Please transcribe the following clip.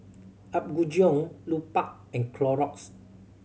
Apgujeong Lupark and Clorox